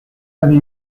avez